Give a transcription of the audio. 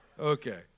Okay